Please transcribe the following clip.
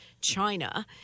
China